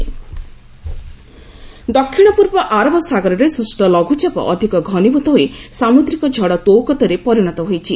cyclone ଦକ୍ଷିଣ ପୂର୍ବ ଆରବ ସାଗରରେ ସୃଷ୍ଟ ଲଘୁଚାପ ଅଧିକ ଘନୀଭୂତ ହୋଇ ସାମୁଦ୍ରିକ ଝଡ ତୌକତେ ରେ ପରିଣତ ହୋଇଛି